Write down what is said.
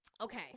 Okay